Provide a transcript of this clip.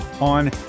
on